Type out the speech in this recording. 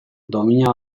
domina